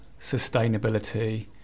sustainability